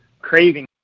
craving